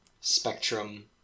spectrum